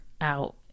out